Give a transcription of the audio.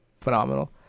phenomenal